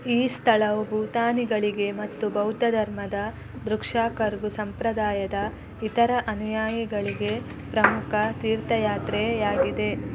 ಈ ಸ್ಥಳವು ಭೂತಾನಿಗಳಿಗೆ ಮತ್ತು ಬೌದ್ಧ ಧರ್ಮದ ದ್ರುಕ್ಷಾ ಕರ್ಗು ಸಂಪ್ರದಾಯದ ಇತರ ಅನುಯಾಯಿಗಳಿಗೆ ಪ್ರಮುಖ ತೀರ್ಥಯಾತ್ರೆಯಾಗಿದೆ